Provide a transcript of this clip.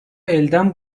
elden